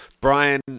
Brian